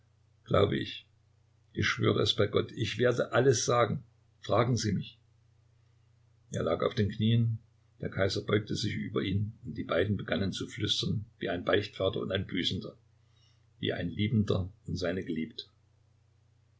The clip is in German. glaube ich ich schwöre es bei gott ich werde alles sagen fragen sie mich er lag auf den knien der kaiser beugte sich über ihn und die beiden begannen zu flüstern wie ein beichtvater und ein büßender wie ein liebender und seine geliebte